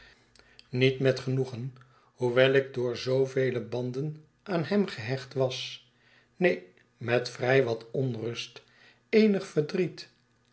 niet met genoegen hoewel ik door zoovele banden aan hem gehecht was neen met vrij wat onrust eenig verdriet